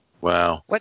Wow